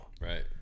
Right